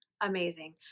amazing